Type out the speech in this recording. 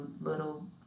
little